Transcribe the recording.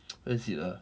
where is it ah